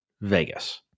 Vegas